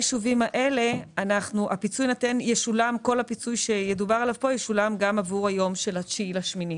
הפיצוי ישולם גם עבור ה-9 באוגוסט,